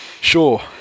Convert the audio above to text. Sure